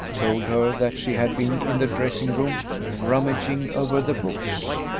told her that she had been in the dressing-room rummaging over the books.